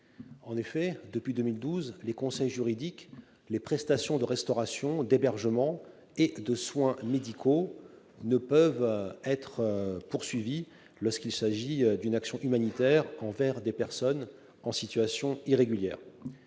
irrégulier. Depuis lors, les conseils juridiques, ainsi que les prestations de restauration, d'hébergement ou de soins médicaux ne peuvent plus être poursuivis lorsqu'il s'agit d'une action humanitaire envers des personnes en situation irrégulière.